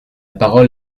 parole